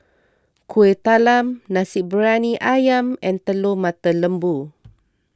Kuih Talam Nasi Briyani Ayam and Telur Mata Lembu